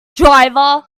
driver